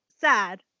sad